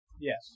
yes